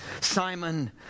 Simon